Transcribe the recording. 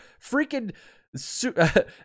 freaking